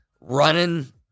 running